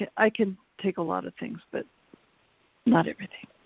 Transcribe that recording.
i can take a lotta things but not everything.